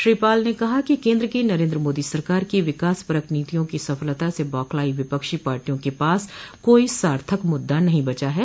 श्री पाल ने कहा कि केन्द्र की नरेन्द्र मोदी सरकार की विकासपरक नीतियों की सफलता से बौखलाई विपक्षी पार्टियों के पास कोई सार्थक मुद्दा नहीं बचा है